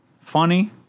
Funny